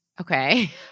Okay